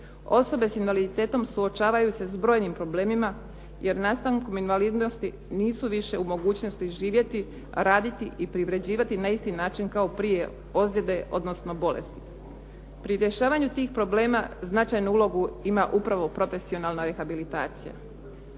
Osobe s invaliditetom suočavaju se s brojnim problemima jer nastankom invalidnosti nisu više u mogućnosti živjeti, raditi i privređivati na isti način kao prije ozljede, odnosno bolesti. Pri rješavanju tih problema značajnu ulogu ima upravo profesionalna rehabilitacija.